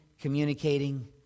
communicating